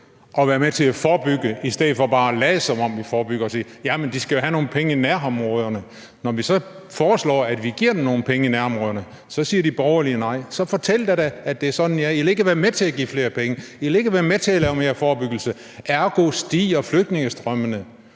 at være med til at forebygge – i stedet for bare at lade som om, at vi forebygger, og sige: Jamen de skal da have nogle penge i nærområderne. Når vi så foreslår, at vi giver dem nogle penge i nærområderne, så siger de borgerlige nej. Så fortæl da, at det er sådan, I er: I vil ikke være med til at give flere penge; I vil ikke være med til at lave mere forebyggelse. Ergo stiger flygtningestrømmene.